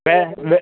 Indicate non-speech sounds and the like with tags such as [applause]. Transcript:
sir [unintelligible]